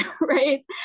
right